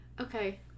Okay